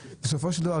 בסופו של דבר,